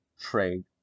trade